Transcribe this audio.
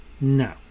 no